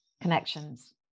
connections